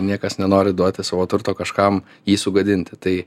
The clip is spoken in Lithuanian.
niekas nenori duoti savo turto kažkam jį sugadinti tai